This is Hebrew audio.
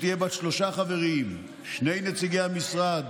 שתהיה בת שלושה חברים: שני נציגי המשרד,